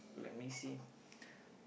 let me see